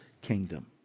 kingdom